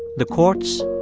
the courts,